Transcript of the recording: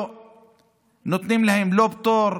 נותנים להם לא פטור,